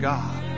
God